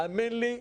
האמן לי,